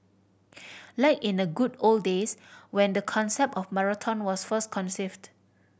like in the good old days when the concept of marathon was first conceived